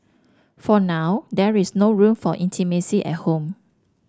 for now there is no room for intimacy at home